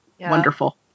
wonderful